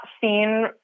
seen